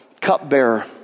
cupbearer